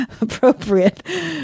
appropriate